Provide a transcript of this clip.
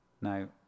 Now